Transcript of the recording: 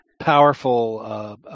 powerful